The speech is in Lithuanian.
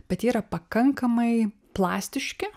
bet jie yra pakankamai plastiški